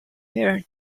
her